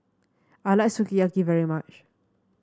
I like Sukiyaki very much